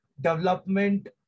development